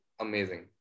Amazing